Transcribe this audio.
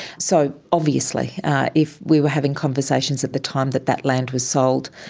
so obviously if we were having conversations at the time that that land was sold,